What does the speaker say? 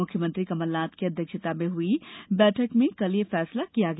मुख्यमंत्री कमलनाथ की अध्यक्षता में हई बैठक में कल ये फैसला किया गया